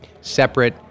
separate